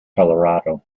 colorado